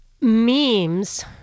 memes